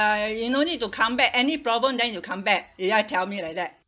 you no need to come back any problem then you come back they just tell me like that